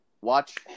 Watch